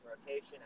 rotation